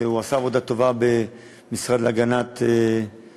הוא עשה עבודה טובה במשרד להגנת הסביבה,